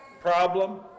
problem